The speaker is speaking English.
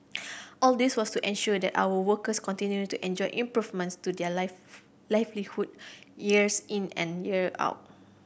all this was to ensure that our workers continued to enjoy improvements to their life livelihood years in and year out